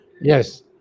Yes